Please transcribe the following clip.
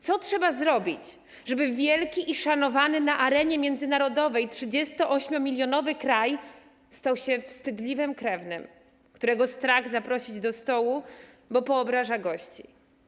Co trzeba zrobić, żeby wielki i szanowany na arenie międzynarodowej 38-milionowy kraj stał się wstydliwym krewnym, którego strach zaprosić do stołu, bo poobraża gości?